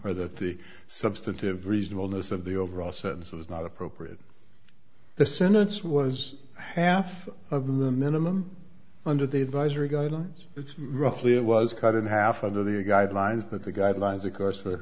or that the substantive reasonableness of the overall sentence was not appropriate the sentence was half of the minimum under the advisory guidelines it's roughly it was cut in half under the guidelines that the guidelines of course